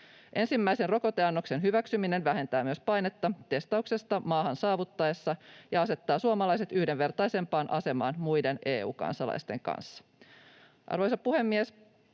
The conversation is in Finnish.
Ensimmäisen rokoteannoksen hyväksyminen vähentää myös painetta testauksesta maahan saavuttaessa ja asettaa suomalaiset yhdenvertaisempaan asemaan muiden EU-kansalaisten kanssa. Arvoisa puhemies!